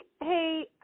Hey